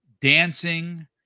dancing